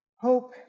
Hope